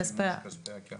שימוש בכספי הקרן?